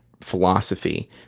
philosophy